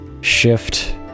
shift